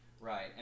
Right